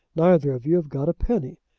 neither of you have got a penny.